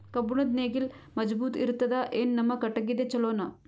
ಕಬ್ಬುಣದ್ ನೇಗಿಲ್ ಮಜಬೂತ ಇರತದಾ, ಏನ ನಮ್ಮ ಕಟಗಿದೇ ಚಲೋನಾ?